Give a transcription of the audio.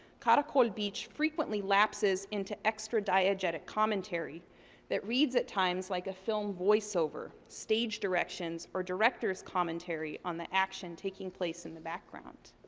caracol beach frequently lapses into extradiagetic commentary that reads at times like a film voiceover, stage directions, or director's commentary on the action taking place in the background.